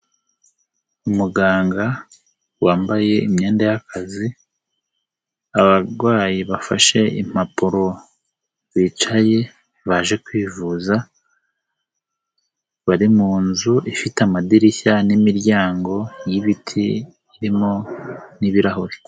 Umuganga wambaye imyenda y'akazi, abarwayi bafashe impapuro bicaye baje kwivuza, bari mu nzu ifite amadirishya n'imiryango y'ibiti, irimo n'ibirahuri.